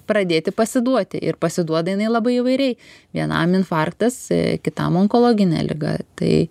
pradėti pasiduoti ir pasiduoda jinai labai įvairiai vienam infarktas kitam onkologinė liga tai